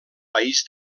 país